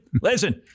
listen